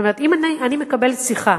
זאת אומרת, אני מקבלת שיחה